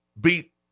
beat